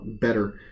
better